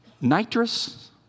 Nitrous